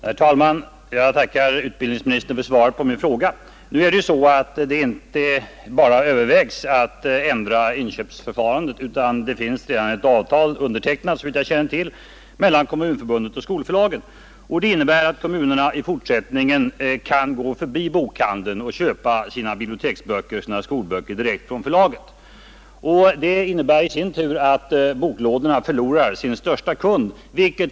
Herr talman! Jag tackar utbildningsministern för svaret på min fråga. Nu är det förstås så att man inte bara överväger att ändra inköpsförfarandet; det finns redan — såvitt jag känner till — ett avtal mellan Kommunförbundet och skolförlagen. Det innebär att kommunerna i fortsättningen kan gå förbi bokhandeln och köpa sina biblioteksböcker och sina skolböcker direkt från förlagen, vilket i sin tur innebär att många boklådor förlorar sin största kund.